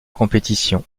compétition